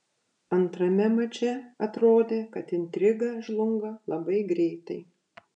antrame mače atrodė kad intriga žlunga labai greitai